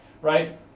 right